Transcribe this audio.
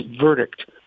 verdict